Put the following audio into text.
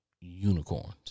Unicorns